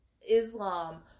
Islam